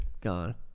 gone